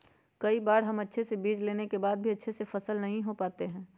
कई बार हम अच्छे बीज लेने के बाद भी फसल अच्छे से नहीं हो पाते हैं?